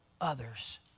Others